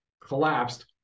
collapsed